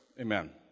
Amen